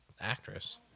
actress